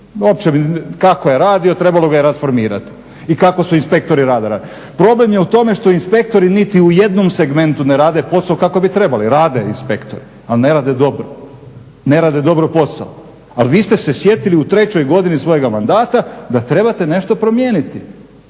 Uopće, kako je radio trebalo ga je rasformirat. I kako su inspektori rada radili. Problem je u tome što inspektori niti u jednom segmentu ne rade posao kako bi trebali. Rade inspektori, ali ne rade dobro posao. Ali vi ste se sjetili u trećoj godini svojega mandata da trebate nešto promijeniti.